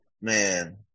Man